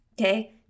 Okay